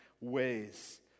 ways